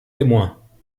témoins